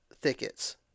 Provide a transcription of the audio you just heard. thickets